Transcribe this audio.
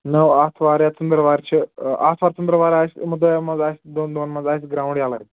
نٔو آتھوار یا ژٔنٛدروار چھِ آتھوار ژٔنٛدٕروار آسہِ یِمو دۄیو منٛز آسہِ دۄن دۄہن منٛز آسہِ گرٛاوُنٛڈ یَلٕے